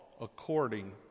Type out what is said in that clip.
according